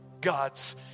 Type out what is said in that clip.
God's